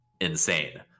insane